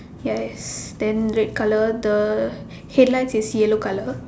yes then red colour the headlights is yellow colour